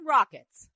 Rockets